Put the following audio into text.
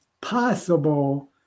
possible